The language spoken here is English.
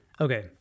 okay